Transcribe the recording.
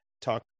Talk